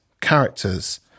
characters